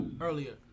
earlier